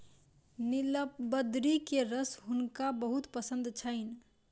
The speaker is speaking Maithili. नीलबदरी के रस हुनका बहुत पसंद छैन